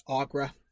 Agra